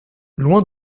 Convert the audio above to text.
loin